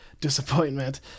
disappointment